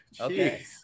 Okay